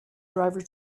driver